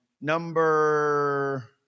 number